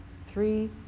three